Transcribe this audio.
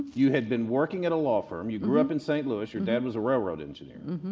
you had been working at a law firm, you grew up in saint louis, your dad was a railroad engineer.